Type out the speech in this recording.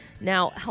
Now